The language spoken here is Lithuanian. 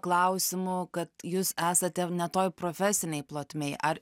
klausimu kad jūs esate ne toj profesinėj plotmėj ar